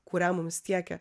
kurią mums tiekia